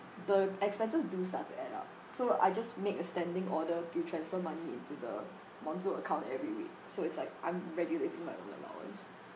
the expenses do start to add up so I just made a standing order to transfer money into the monzo account every week so it's like I'm regulating my own allowance